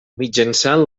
mitjançant